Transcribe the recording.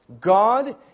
God